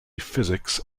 physics